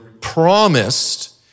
promised